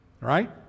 right